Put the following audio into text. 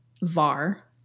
var